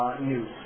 news